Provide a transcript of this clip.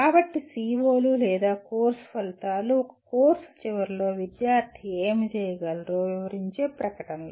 కాబట్టి CO లు లేదా కోర్సు ఫలితాలు ఒక కోర్సు చివరిలో విద్యార్థి ఏమి చేయగలరో వివరించే ప్రకటనలు